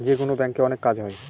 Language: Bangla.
যেকোনো ব্যাঙ্কে অনেক কাজ হয়